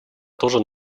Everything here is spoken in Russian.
тоже